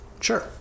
Sure